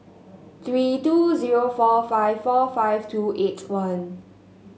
three two zero four five four five two eight one